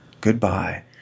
goodbye